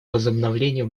возобновлению